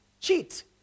cheat